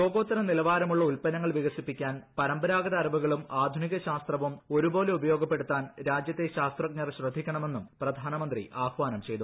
ലോകോത്തര നിലവാരമുളള ഉല്പ്പന്നങ്ങൾ വികസിപ്പിക്കാൻ പരമ്പരാഗത അറിവുകളും ആധുനിക ശാസ്ത്രവും ഒരുപോലെ ഉപയോഗപ്പെടുത്താൻ രാജ്യത്തെ ശാസ്ത്രജ്ഞർ ശ്രദ്ധിക്കണമെന്നും പ്രധാനമന്ത്രി ആഹാനം ചെയ്തു